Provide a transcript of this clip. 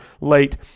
late